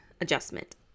adjustment